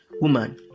woman